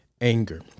anger